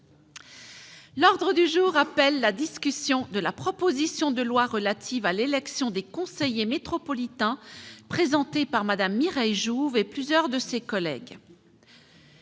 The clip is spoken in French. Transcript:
demande du groupe du RDSE, de la proposition de loi relative à l'élection des conseillers métropolitains, présentée par Mme Mireille Jouve et plusieurs de ses collègues